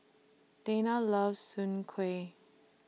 Dana loves Soon Kueh